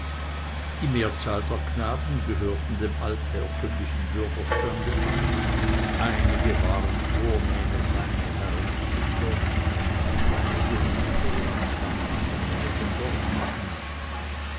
die mehrzahl der knaben gehörte dem altherkömmlichen bürgerstande an einige waren vornehme feine herrenkinder und einige hinwieder stammten von reichen